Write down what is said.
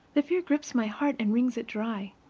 the fear grips my heart and wrings it dry.